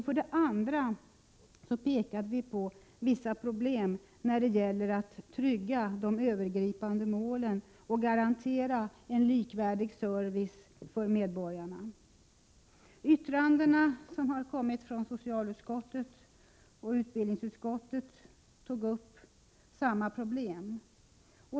För det andra pekade vi på vissa problem när det gäller att trygga de övergripande målen och garantera en likvärdig service för medborgarna. De yttranden som kom från socialutskottet och utbildningsutskottet tog upp samma problem.